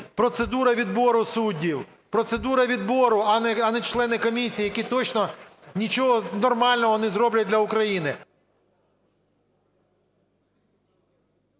процедура відбору суддів, процедура відбору, а не члени комісії, які, точно, нічого нормального не зроблять для України.